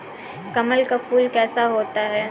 कमल का फूल कैसा होता है?